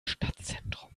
stadtzentrum